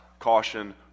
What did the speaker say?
caution